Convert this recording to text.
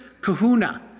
Kahuna